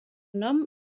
nom